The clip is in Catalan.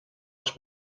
els